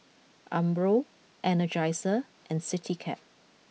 Umbro Energizer and Citycab